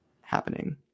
happening